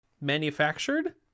Manufactured